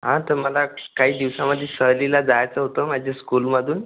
हां तर मला काही दिवसामध्ये सहलीला जायचं होतं माझ्या स्कूलमधून